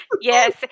Yes